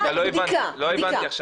רגע, לא הבנתי עכשיו.